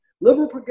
Liberal